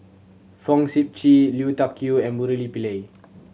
Fong Sip Chee Lui Tuck Yew and Murali Pillai